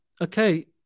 okay